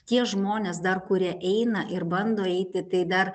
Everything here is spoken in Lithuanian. tie žmonės dar kurie eina ir bando eiti tai dar